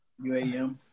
UAM